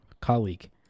colleague